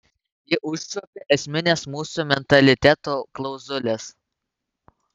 ji užčiuopia esmines mūsų mentaliteto klauzules